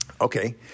Okay